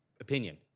opinion